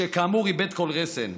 שכאמור איבד כל רסן.